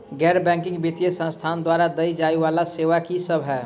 गैर बैंकिंग वित्तीय संस्थान द्वारा देय जाए वला सेवा की सब है?